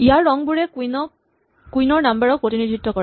ইয়াত ৰঙবোৰে কুইন ৰ নাম্বাৰ ক প্ৰতিনিধিত্ব কৰে